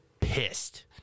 pissed